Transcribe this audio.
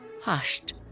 hushed